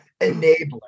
enabler